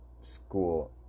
school